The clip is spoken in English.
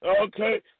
Okay